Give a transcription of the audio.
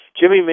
Jimmy